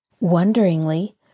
Wonderingly